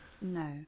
No